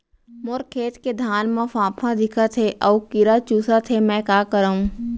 मोर खेत के धान मा फ़ांफां दिखत हे अऊ कीरा चुसत हे मैं का करंव?